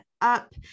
up